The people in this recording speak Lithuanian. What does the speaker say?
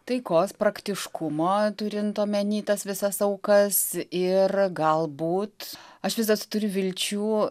taikos praktiškumo turint omeny tas visas aukas ir galbūt aš vis dar turiu vilčių